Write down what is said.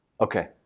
Okay